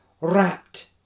wrapped